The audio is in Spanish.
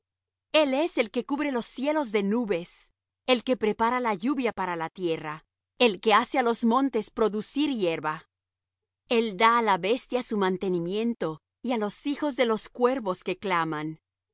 el es el que cubre los cielos de nubes el que prepara la lluvia para la tierra el que hace á los montes producir hierba el da á la bestia su mantenimiento y á los hijos de los cuervos que claman